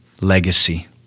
legacy